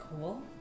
Cool